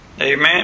Amen